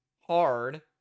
hard